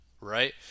right